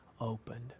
opened